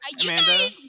Amanda